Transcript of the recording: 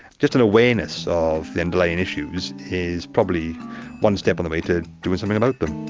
just an awareness of the underlying issues is probably one step of the way to doing something about them.